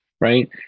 right